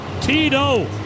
Tito